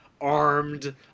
armed